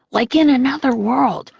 like in another world,